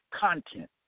content